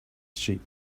sheep